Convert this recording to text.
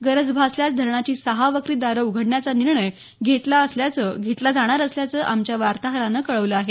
गरज भासल्यास धरणाची सहा वक्री दारं उघडण्याचा निर्णय घेतला जाणार असल्याचं आमच्या वातोहरानं कळवलं आहे